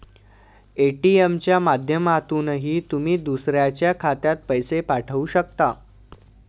ATM च्या माध्यमातूनही तुम्ही दुसऱ्याच्या खात्यात पैसे पाठवू शकता